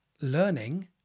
learning